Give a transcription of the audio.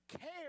care